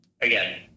again